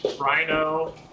Rhino